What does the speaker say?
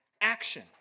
action